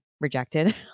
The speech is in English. rejected